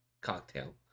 cocktail